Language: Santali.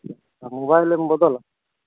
ᱢᱳᱵᱟᱭᱤᱞᱮᱢ ᱵᱚᱫᱚᱞᱟ